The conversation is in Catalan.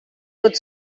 pot